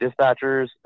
dispatchers